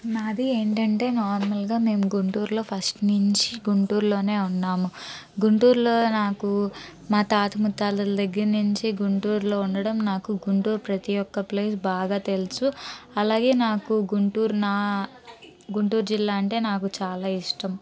నాది ఏంటంటే నార్మల్గా మేము గుంటూరులో ఫస్ట్ నుంచి గుంటూర్లోనే ఉన్నాము గుంటూర్లో నాకు మా తాత ముత్తాతల దగ్గరనుంచి గుంటూర్లో ఉండడం నాకు గుంటూర్ ప్రతీ ఒక్కప్లేస్ బాగా తెలుసు అలాగే నాకు గుంటూరు నా గుంటూరు జిల్లా అంటే నాకు చాలా ఇష్టం